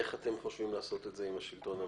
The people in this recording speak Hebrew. איך אתם חושבים לעשות את זה עם השלטון המרכזי?